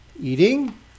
Eating